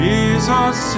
Jesus